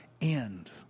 end